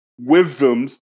wisdoms